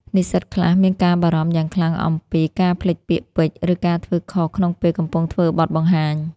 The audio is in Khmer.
និស្សិតខ្លះមានការបារម្ភយ៉ាងខ្លាំងអំពីការភ្លេចពាក្យពេចន៍ ឬការធ្វើខុសក្នុងពេលកំពុងធ្វើបទបង្ហាញ។